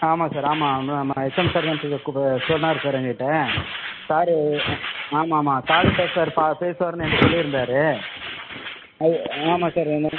ஆமாம் சார் ஆமாம் மா மா ஹெச்எம் சார் தான் சொன்னார் சார் எங்கள்கிட்ட சார் ஆமாமாம் காலையில் சார் பேசுவார்ன்னு என்கிட்ட சொல்லியிருந்தாரு ஐ ஆமாம் சார் என்ன